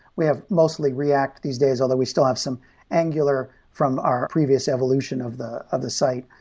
we have mostly react these days, although we still have some angular from our previous evolution of the of the site.